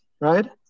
right